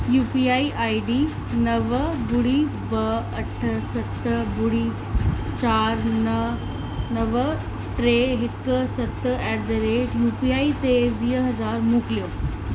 U P I I D नव ॿुड़ी ॿ अठ सत ॿुड़ी चारि न नव टे हिकु सत at the rate U P I ते वीह हज़ार मोकिलियो